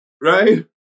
right